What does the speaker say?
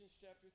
chapter